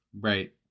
Right